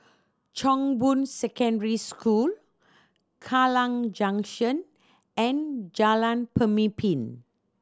Chong Boon Secondary School Kallang Junction and Jalan Pemimpin